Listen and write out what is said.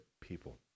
people